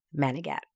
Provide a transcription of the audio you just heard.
Manigat